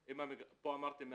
פה אמרתם 180,